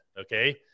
Okay